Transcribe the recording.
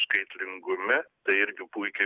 skaitlingume tai irgi puikiai